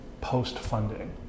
post-funding